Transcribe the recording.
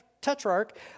Tetrarch